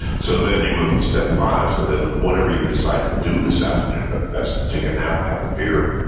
so then you move to step five, so then whatever you decide to do this afternoon, whether that's take a nap, have a beer,